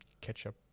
ketchup